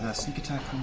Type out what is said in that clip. ah sneak attack